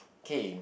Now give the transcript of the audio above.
K